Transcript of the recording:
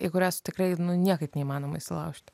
į kurias tikrai niekaip neįmanoma įsilaužt